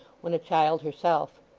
when a child herself.